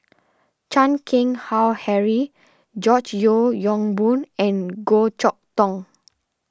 Chan Keng Howe Harry George Yeo Yong Boon and Goh Chok Tong